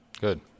Good